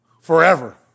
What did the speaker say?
forever